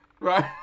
right